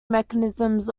mechanisms